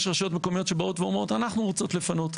יש רשויות מקומיות שבאות ואומרות אנחנו רוצות לפנות.